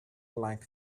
like